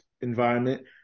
environment